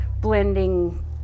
blending